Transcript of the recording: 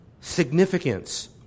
significance